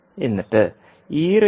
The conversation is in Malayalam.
എന്നിട്ട്